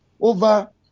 over